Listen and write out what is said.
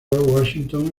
washington